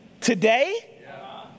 today